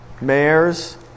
mayors